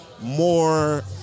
more